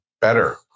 better